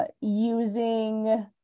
using